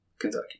Kentucky